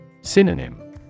Synonym